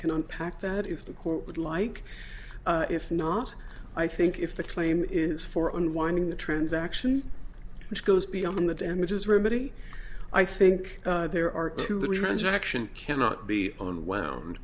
can unpack that if the court would like if not i think if the claim is for unwinding the transaction which goes beyond the damages remedy i think there are two transaction cannot be unwound